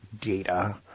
data